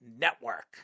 Network